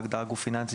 בהגדרה "גוף פיננסי",